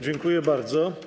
Dziękuję bardzo.